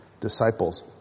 disciples